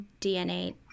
DNA